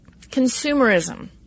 Consumerism